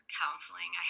counseling